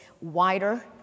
wider